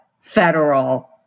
federal